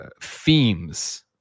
themes